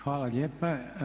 Hvala lijepo.